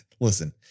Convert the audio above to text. listen